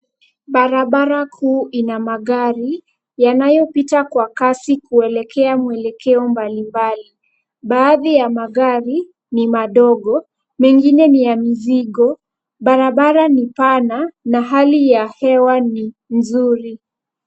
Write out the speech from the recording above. Barabara kuu ina magari yanayopita kwa kasi kuelekea mwelekeo mbalimbali. Baadhi ya magari ni madogo, mengine ni ya mizigo. Barabara ni pana na hali ya hewa ni nzuri.